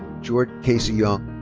jordyn casey young.